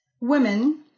women